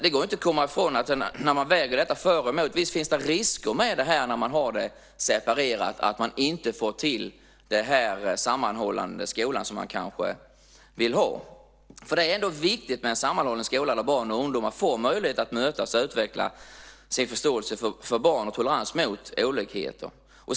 Det går inte att komma ifrån att när man väger för och emot finns det naturligtvis risker att man, när man har det separerat, inte får till den sammanhållna skolan som man kanske vill ha. Det är viktigt med en sammanhållen skola där barn och ungdomar får möjlighet att mötas och utveckla sin förståelse för barn och tolerans med olikheter.